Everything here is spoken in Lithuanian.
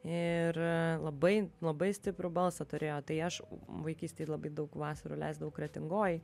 ir a labai labai stiprų balsą turėjo tai aš vaikystėj labai daug vasarų leisdavau kretingoj